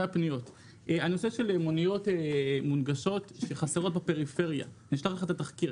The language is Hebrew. הנושא של מוניות נגישות שחסרות בפריפריה אשלח לך את התחקיר